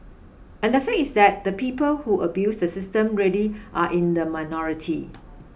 and the fact is that the people who abuse the system really are in the minority